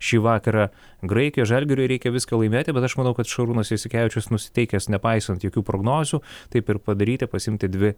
šį vakarą graikijoj žalgiriui reikia viską laimėti bet aš manau kad šarūnas jasikevičius nusiteikęs nepaisant jokių prognozių taip ir padaryti pasiimti dvi